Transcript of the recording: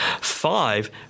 five